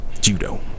judo